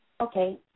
Okay